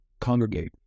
congregate